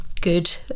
good